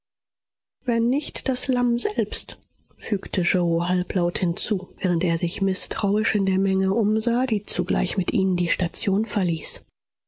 wenn nicht das lamm selbst fügte yoe halblaut hinzu während er sich mißtrauisch in der menge umsah die zugleich mit ihnen die station verließ